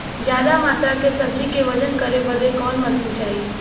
ज्यादा मात्रा के सब्जी के वजन करे बदे कवन मशीन चाही?